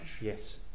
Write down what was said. Yes